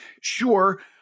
sure